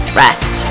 rest